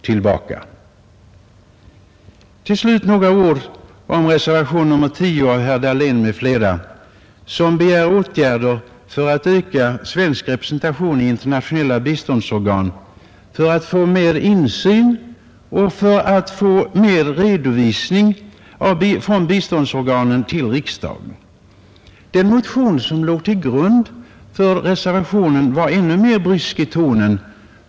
Till slut vill jag säga några ord om reservationen 10 av herr Dahlén m.fl., vari reservanterna begär åtgärder för att öka svensk representation i internationella biståndsorgan, för att vi skall få bättre insyn och redovisning från biståndsorganen till riksdagen. Den motion som låg till grund för reservationen var ännu mer brysk i tonen.